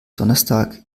donnerstag